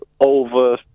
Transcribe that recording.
over